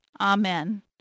Amen